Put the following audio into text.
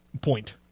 point